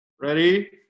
Ready